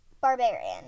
barbarian